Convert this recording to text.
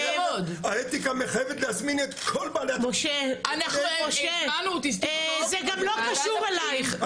האתיקה מחייבת להזמין את כל בעלי -- זה גם לא קשור אלייך,